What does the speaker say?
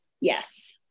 Yes